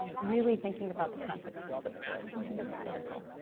really thinking about the context of support is critical.